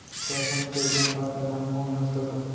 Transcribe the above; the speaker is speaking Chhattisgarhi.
त अपन खेत म का का धान बोंए हस कका?